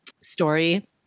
story